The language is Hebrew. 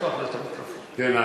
כן.